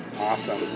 Awesome